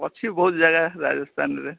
ଅଛି ବହୁତ ଜାଗା ରାଜସ୍ଥାନରେ